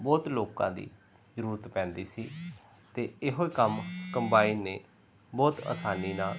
ਬਹੁਤ ਲੋਕਾਂ ਦੀ ਜ਼ਰੂਰਤ ਪੈਂਦੀ ਸੀ ਅਤੇ ਇਹੋ ਕੰਮ ਕੰਬਾਈਨ ਨੇ ਬਹੁਤ ਆਸਾਨੀ ਨਾਲ